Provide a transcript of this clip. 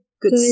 good